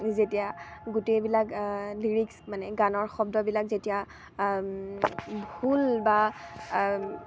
যেতিয়া গোটেইবিলাক লিৰিক্স মানে গানৰ শব্দবিলাক যেতিয়া ভুল বা